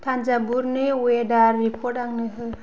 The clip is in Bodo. तानजाभुरनि अवेधार रिपर्ट आंनो हो